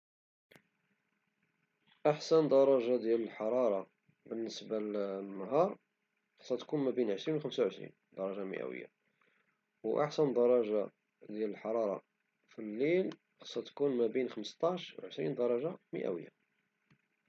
أحسن درجة الحرارة بالنسبة للنهار خصها تكون ما بين عشرين و خمسة وعشرين درجة مئوية وأحسن درجة حرارة في الليل خصها تكون بين خمسطاش وعشرين درجة مئوية.